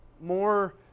more